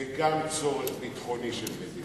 זה גם צורך ביטחוני של מדינת ישראל,